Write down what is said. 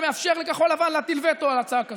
שמאפשר לכחול לבן להטיל וטו על הצעה כזו.